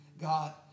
God